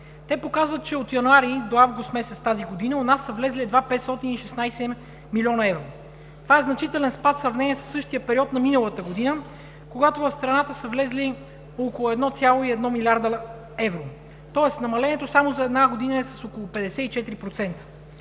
Те показват, че от месец януари до месец август тази година у нас са влезли едва 516 милиона евро. Това е значителен спад в сравнение със същия период на миналата година, когато в страната са влезли около 1,1 милиарда евро, тоест намалението само за една година е с около 54%.